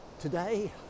Today